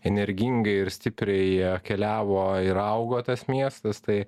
energingai ir stipriai keliavo ir augo tas miestas tai